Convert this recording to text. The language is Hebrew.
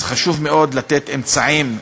אז חשוב מאוד לתת אמצעים,